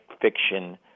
fiction